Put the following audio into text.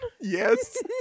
Yes